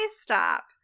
Stop